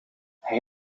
hij